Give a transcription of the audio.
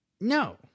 No